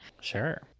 Sure